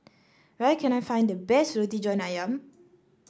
where can I find the best Roti John ayam